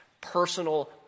personal